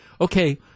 okay